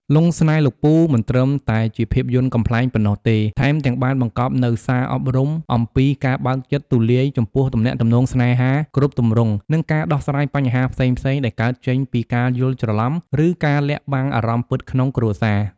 "លង់ស្នេហ៍លោកពូ" មិនត្រឹមតែជាភាពយន្តកំប្លែងប៉ុណ្ណោះទេ ថែមទាំងបានបង្កប់នូវសារអប់រំអំពីការបើកចិត្តទូលាយចំពោះទំនាក់ទំនងស្នេហាគ្រប់ទម្រង់ និងការដោះស្រាយបញ្ហាផ្សេងៗដែលកើតចេញពីការយល់ច្រឡំ ឬការលាក់បាំងអារម្មណ៍ពិតក្នុងគ្រួសារ។